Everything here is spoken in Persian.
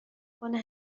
کنه